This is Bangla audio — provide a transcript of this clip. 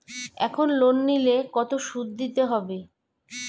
এখন লোন নিলে কত সুদ দিতে হয়?